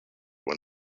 when